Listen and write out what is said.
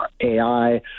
AI